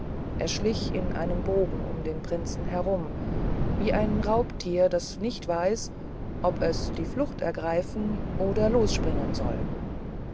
er schlich in einem bogen um den prinzen herum wie ein raubtier das nicht weiß ob es die flucht ergreifen oder losspringen soll